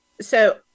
So-